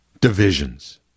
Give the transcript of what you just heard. Divisions